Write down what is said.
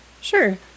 Sure